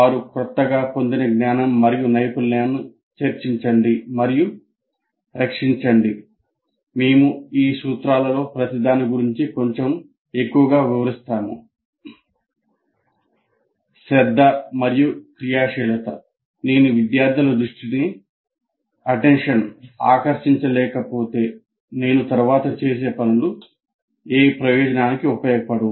వారి కొత్తగా పొందిన జ్ఞానం మరియు నైపుణ్యాలను చర్చించండి మరియు రక్షించండి